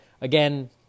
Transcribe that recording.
Again